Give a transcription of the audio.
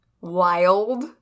Wild